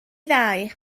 ddau